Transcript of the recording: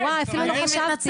אפילו לא חשבתי על זה.